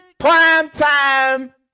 primetime